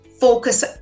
focus